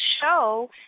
show